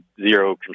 zero